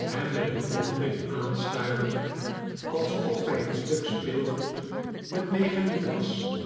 hem met be wondering aanstarende als of hij een stuk speelgoed met mechaniek was